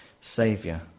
Saviour